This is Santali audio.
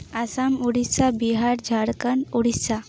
ᱟᱥᱟᱢ ᱳᱰᱤᱥᱟ ᱵᱤᱦᱟᱨ ᱡᱷᱟᱲᱠᱷᱚᱸᱰ ᱳᱰᱤᱥᱟ